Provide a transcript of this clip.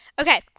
Okay